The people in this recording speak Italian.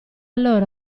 loro